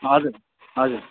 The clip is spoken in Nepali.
हजुर हजुर